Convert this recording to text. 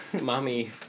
Mommy